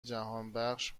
جهانبخش